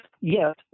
Yes